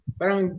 parang